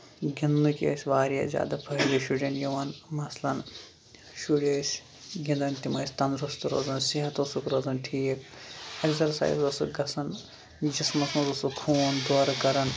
گِندنٕکۍ ٲسۍ واریاہ زیادٕ فٲیدٕ شُُرین یِوان مَثلن شُرۍ ٲسۍ گِندان تِم ٲسۍ تَندرُست روزان صحت اوسُکھ روزان ٹھیٖک اٮ۪کزرسایز ٲسٕکھ گژھان جِسمَس منٛز اوسُکھ خوٗن دورٕ کران